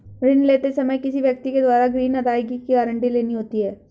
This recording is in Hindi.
ऋण लेते समय किसी व्यक्ति के द्वारा ग्रीन अदायगी की गारंटी लेनी होती है